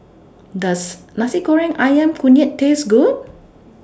Does Nasi Goreng Ayam Kunyit Taste Good